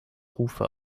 rufe